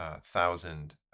thousand